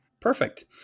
Perfect